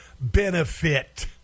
benefit